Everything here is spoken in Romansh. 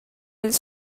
ils